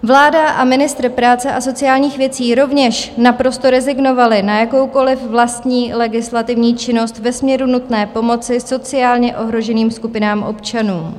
Vláda a ministr práce a sociálních věcí rovněž naprosto rezignovali na jakoukoliv vlastní legislativní činnost ve směru nutné pomoci sociálně ohroženým skupinám občanů.